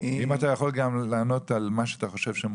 אם אתה יכול גם לענות על מה שאתה חושב שהן